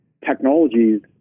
technologies